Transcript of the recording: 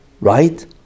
right